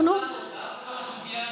אנחנו, יש שר אוצר בתוך הסוגיה הזאת?